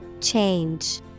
Change